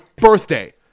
birthday